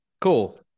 cool